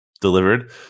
delivered